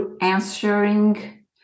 answering